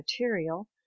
material